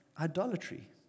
idolatry